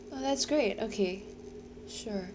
oh that's great okay sure